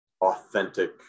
authentic